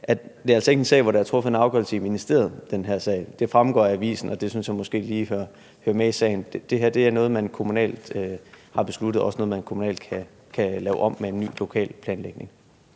at det altså ikke er en sag, hvor der er truffet en afgørelse i ministeriet. Det fremgår af avisen, og det synes jeg måske lige hører med til sagen. Det her er noget, man kommunalt har besluttet, og det er også noget, man kommunalt kan lave om med en ny lokalplanlægning.